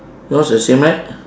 yours the same right